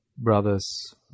brothers